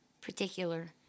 particular